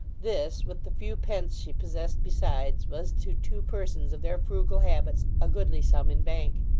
this, with the few pence she possessed besides, was to two persons of their frugal habits, a goodly sum in bank.